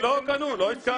זה לא קנו, לא הסכמנו.